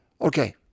Okay